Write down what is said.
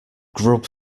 grub